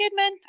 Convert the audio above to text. Kidman